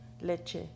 Leche